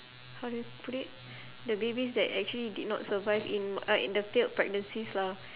how do you put it the babies that actually did not survive in uh in the failed pregnancies lah